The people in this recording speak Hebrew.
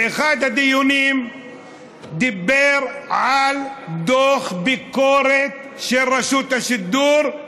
ואחד הדיונים דיבר על דוח ביקורת על רשות השידור,